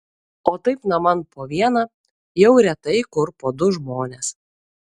o taip naman po vieną jau retai kur po du žmones